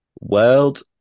world